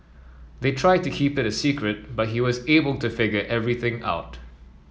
they tried to keep it a secret but he was able to figure everything out